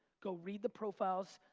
go read the profiles.